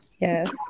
Yes